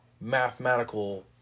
mathematical